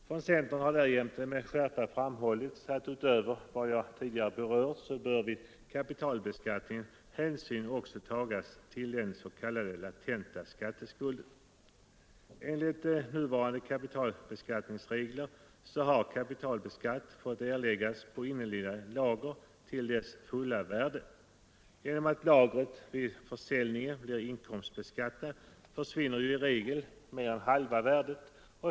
Från centern har därjämte med skärpa framhållits att utöver vad jag tidigare berört så bör vid kapitalbeskattningen hänsyn också tagas till den s.k. latenta skatteskulden. Enligt nuvarande kapitalbeskattningsregler har kapitalskatt fått erläggas på inneliggande lager till dess fulla värde. Genom att lagret vid försäljningen blir inkomstbeskattat försvinner ju i regel mer än halva värdet.